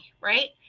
right